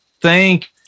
Thank